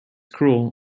cruel